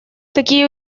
такие